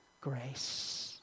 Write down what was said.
grace